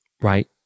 right